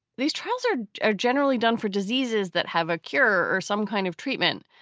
these trials are generally done for diseases that have a cure or some kind of treatment.